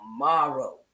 tomorrow